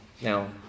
now